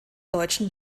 deutschen